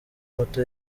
moto